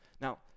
Now